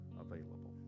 available